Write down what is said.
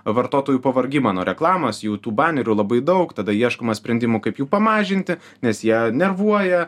vartotojų pavargimą nuo reklamos jau tų banerių labai daug tada ieškoma sprendimų kaip jų pamažinti nes jie nervuoja